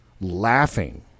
laughing